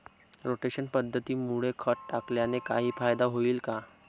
Rotation पद्धतीमुळे खत टाकल्याने काही फायदा होईल का?